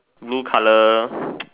blue color